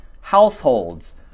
households